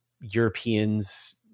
Europeans